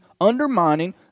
undermining